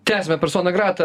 tęsiame persona grata